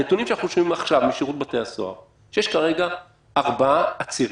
הנתונים שאנחנו שומעים עכשיו משירות בתי הסוהר הם שיש כרגע 4 עצירים